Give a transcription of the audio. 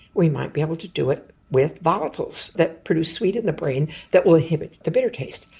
we might be able to do it with volatiles that produce sweet in the brain that will inhibit the bitter taste.